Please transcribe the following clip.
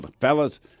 fellas